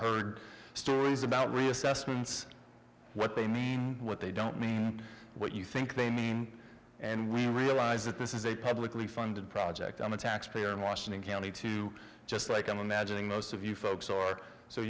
heard stories about reassessments what they mean what they don't mean what you think they mean and we realize that this is a publicly funded project on the taxpayer in washington county too just like i'm imagining most of you folks or so